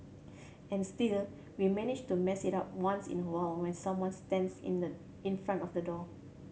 and still we manage to mess it up once in a while when someone stands in the in front of the door